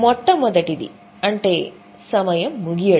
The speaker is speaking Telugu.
మొట్ట మొదటిది అంటే సమయం ముగియడం